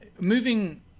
moving